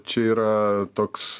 čia yra toks